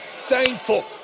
Thankful